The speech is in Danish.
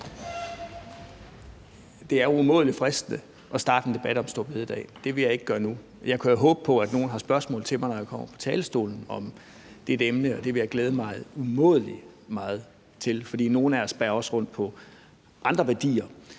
Det er umådelig fristende at starte en debat om store bededag. Det vil jeg ikke gøre nu, men jeg kan jo håbe på, at nogle har spørgsmål til mig om dette emne, når jeg kommer på talerstolen, og det vil jeg glæde mig umådelig meget til. For nogle af os bærer også rundt på andre værdier.